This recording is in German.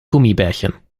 gummibärchen